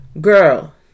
Girl